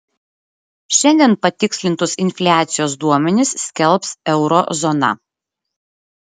šiandien patikslintus infliacijos duomenis skelbs euro zona